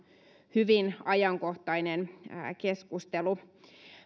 hyvin ajankohtainen keskustelu